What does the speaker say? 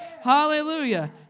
Hallelujah